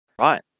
Right